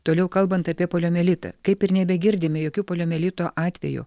toliau kalbant apie poliomielitą kaip ir nebegirdime jokių poliomielito atvejų